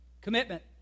Commitment